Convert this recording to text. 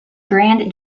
grand